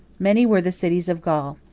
many were the cities of gaul,